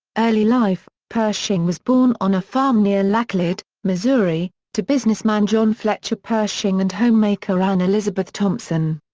early life pershing was born on a farm near laclede, missouri, to businessman john fletcher pershing and homemaker ann elizabeth thompson.